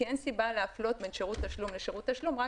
כי אין סיבה להפלות בין שירות תשלום לשירות תשלום רק